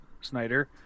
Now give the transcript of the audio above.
Snyder